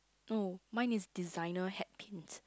no mine is designer hat pins